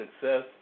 success